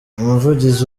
umuvugizi